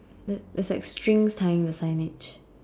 there there's like strings tying the signage